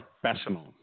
professional